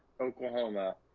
Oklahoma